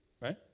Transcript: right